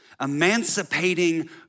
emancipating